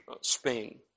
Spain